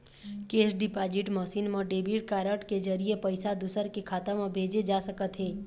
cash deposit machine म debit card के जरिए पइसा दूसर के खाता म भेजे जा सकत हे